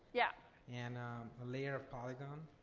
yeah and a layer of polygon.